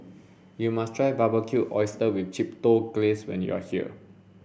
you must try Barbecued Oysters with Chipotle Glaze when you are here